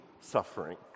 suffering